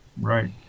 right